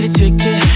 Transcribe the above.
ticket